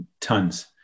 tons